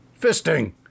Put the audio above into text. Fisting